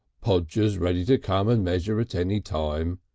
podger's ready to come and measure at any time,